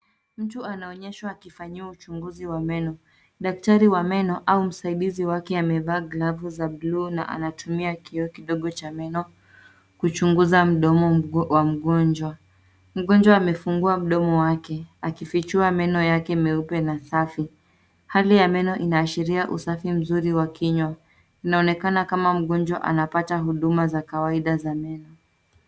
Mtu anaonyeshwa akifanyiwa uchunguzi wa meno. Daktari wa meno au msaidizi wake amevaa glavu za bluu na anataumia kioo kidogo cha meno kuchuguza mdomo wa mgonjwa. Mgonjwa amefungua mdomo wake akifichua meno yake meupe na safi. Hali ya meno inaashiria usafi mzuri wa kinywa. Inaonekana kama mgonjwa anapata huduma za kawaida za meno.